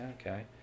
okay